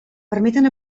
permeten